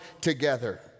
together